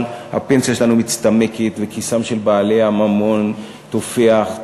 הפנסיה שלנו מצטמקת וכיסם של בעלי הממון תופח,